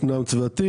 יש נוהל צוותים,